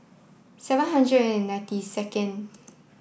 seven hundred and ninety second